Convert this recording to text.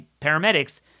paramedics